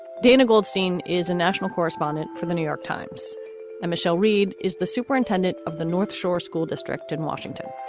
dana goldstein is a national correspondent for the new york times and michelle reed is the superintendent of the north shore school district in washington